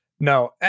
No